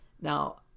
now